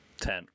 Ten